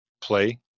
play